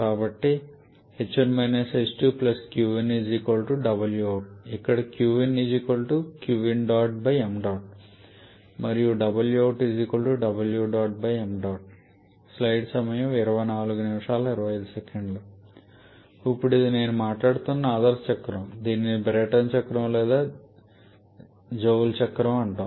కాబట్టి h1 − h2 qin wout ఇక్కడ మరియు ఇప్పుడు ఇది నేను మాట్లాడుతున్న ఆదర్శ చక్రం దీనిని బ్రైటన్ చక్రం లేదా జూల్ చక్రం అంటారు